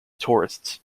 tourists